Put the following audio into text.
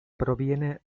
proviene